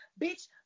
bitch